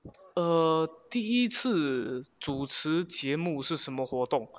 err 第一次主持节目是什么活动